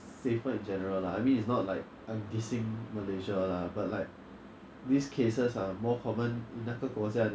ya lah I mean for 新加坡人 you 你搭 M_R_T 一个小时你觉得很久 liao 他们驾车两个多小时 be like oh it's a normal trip